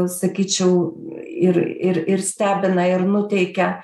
sakyčiau ir ir ir stebina ir nuteikia